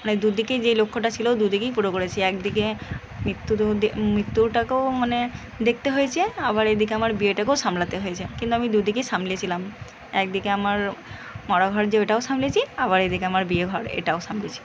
মানে দুদিকেই যে লক্ষ্যটা ছিলো দুদিকেই পুরো করেছি একদিকে মৃত্যুটাকেও মানে দেখতে হয়েছে আবার এদিকে বিয়েটাকেও সামলাতে হয়েছে কিন্তু আমি দুদিকই সামলেছিলাম একদিকে আমার মরা ঘর যে ওটাও সামলেছি আবার ওই দিকে আমার বিয়ে ঘর এটাও সামলেছি